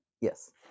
Yes